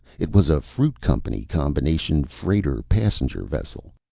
it was a fruit company combination freighter-passenger vessel.